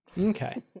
Okay